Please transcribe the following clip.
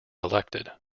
elected